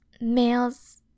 males